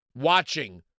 Watching